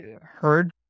heard